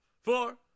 four